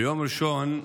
ביום ראשון,